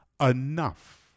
enough